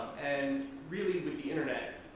and really with the internet,